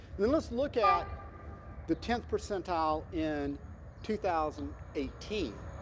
then let's look at the tenth percentile in two thousand eighty